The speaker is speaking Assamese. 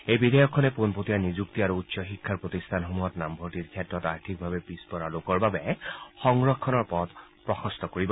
এই বিধেয়কখনে পোনপটীয়া নিযুক্তি আৰু উচ্চ শিক্ষাৰ প্ৰতিষ্ঠানসমূহত নামভৰ্তিৰ ক্ষেত্ৰত অৰ্থনৈতিকভাৱে পিছপৰা শ্ৰেণীৰ লোকৰ বাবে সংৰক্ষণৰ পথ প্ৰশস্ত কৰিলে